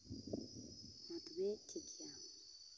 ᱢᱟ ᱛᱚᱵᱮ ᱴᱷᱤᱠ ᱜᱮᱭᱟ